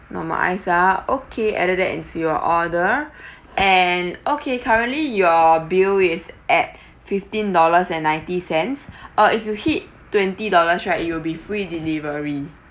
normal ice uh okay added that into your order and okay currently your bill is at fifteen dollars and ninety cents uh if you hit twenty dollars right it will be free delivery